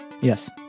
Yes